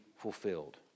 Fulfilled